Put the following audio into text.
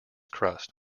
crust